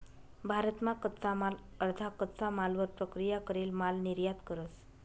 भारत मा कच्चा माल अर्धा कच्चा मालवर प्रक्रिया करेल माल निर्यात करस